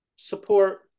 support